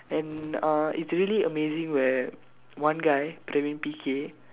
and uh it's really amazing where one guy Pravin P K